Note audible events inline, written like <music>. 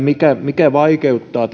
<unintelligible> mikä mikä vaikeuttaa <unintelligible>